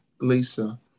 Lisa